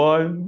One